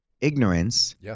ignorance